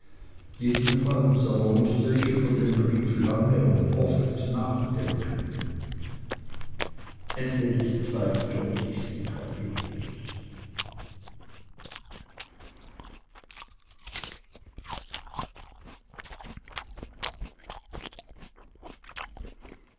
jedenfalls aber mußte ich über den brief lange und oft nachdenken